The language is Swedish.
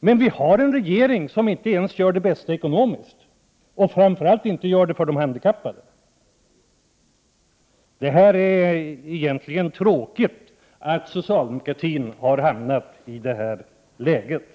Men vi har en regering som inte ens gör det bästa i ekonomiskt avseende och framför allt inte gör det för de handikappade! Egentligen är det tråkigt att socialdemokratin har hamnat i detta läge.